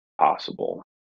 possible